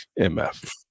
MF